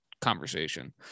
conversation